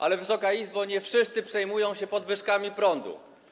Ale, Wysoka Izbo, nie wszyscy przejmują się podwyżkami prądu.